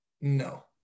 no